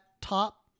top